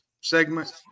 segment